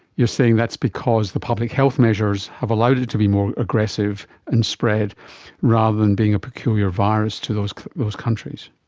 you're saying that's because the public health measures have allowed it to be more aggressive and spread rather than being a peculiar virus to those those countries.